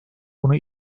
bunu